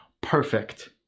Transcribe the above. Perfect